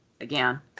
again